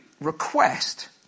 request